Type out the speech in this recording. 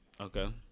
Okay